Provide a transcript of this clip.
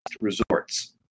resorts